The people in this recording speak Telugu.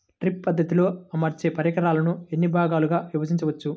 డ్రిప్ పద్ధతిలో అమర్చే పరికరాలను ఎన్ని భాగాలుగా విభజించవచ్చు?